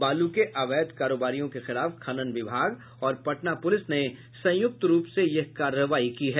बालू के अवैध कारोबारियों के खिलाफ खनन विभाग और पटना पुलिस ने संयुक्त रूप से यह कार्रवाई की है